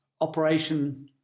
operation